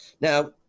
Now